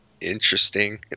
interesting